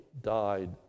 died